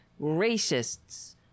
racists